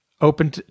open